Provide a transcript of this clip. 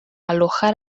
alojar